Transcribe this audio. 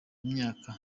imyaka